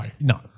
No